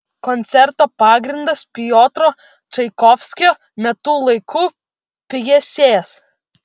koncerto pagrindas piotro čaikovskio metų laikų pjesės